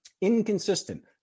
inconsistent